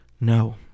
No